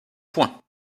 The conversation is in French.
point